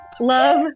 love